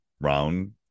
round